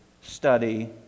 study